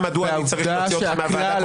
מדוע אני צריך להוציא אותך מהוועדה.